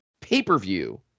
pay-per-view